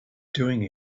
doing